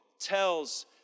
tells